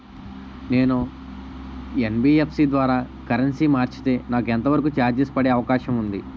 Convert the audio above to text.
నేను యన్.బి.ఎఫ్.సి ద్వారా కరెన్సీ మార్చితే నాకు ఎంత వరకు చార్జెస్ పడే అవకాశం ఉంది?